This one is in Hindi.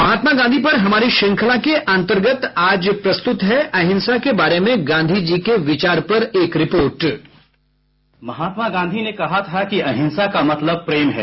महात्मा गांधी पर हमारी श्रंखला के अंतर्गत आज प्रस्तुत है अहिंसा के बारे में गांधी जी के विचार पर एक report sound bite Mahatma Gandhi ने कहा था कि अहिंसा का मतलब प्रेम है